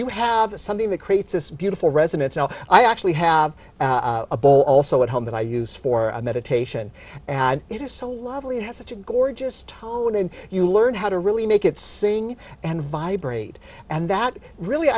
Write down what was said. you have something that creates this beautiful residents well i actually have a ball also at home that i use for meditation and it is so lovely it has such a gorgeous time when you learn how to really make it sing and vibrate and that really